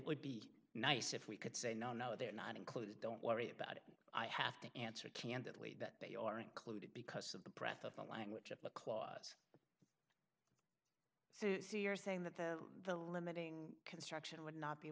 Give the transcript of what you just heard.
would be nice if we could say no no they're not included don't worry about it i have to answer candidly that they are included because of the breath of the language of the cause so you're saying that the limiting construction would not be